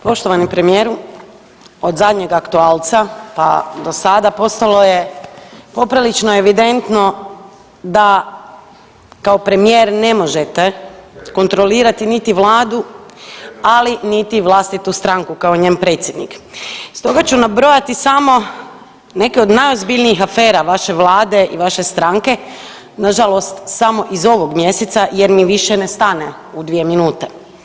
Poštovani premijeru od zadnjeg aktualca pa do sada postalo je poprilično evidentno da kao premijer ne možete kontrolirali niti Vladu, ali niti vlastitu stranku kao njen predsjednik, stoga ću nabrojati samo neke od najozbiljnijih afera vaše Vlade i vaše stranke, nažalost samo iz ovog mjeseca jer mi više ne stane u dvije minute.